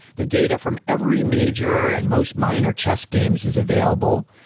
the data from every major and most minor chess games is available.